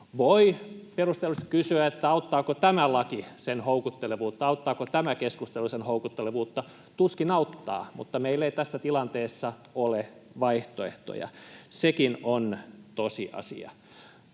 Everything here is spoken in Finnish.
Voi perustellusti kysyä, auttaako tämä laki sen houkuttelevuutta, auttaako tämä keskustelu sen houkuttelevuutta. Tuskin auttaa, mutta meillä ei tässä tilanteessa ole vaihtoehtoja. Sekin on tosiasia.